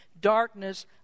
darkness